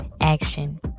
action